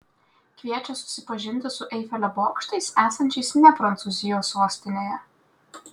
kviečia susipažinti su eifelio bokštais esančiais ne prancūzijos sostinėje